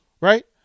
Right